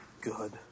good